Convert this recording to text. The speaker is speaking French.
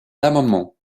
l’amendement